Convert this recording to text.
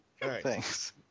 Thanks